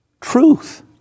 Truth